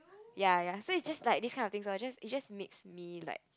ya ya so it's just like this kind of thing lor so it just it just makes me like